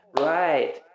Right